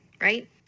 Right